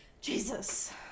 Jesus